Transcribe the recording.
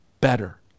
better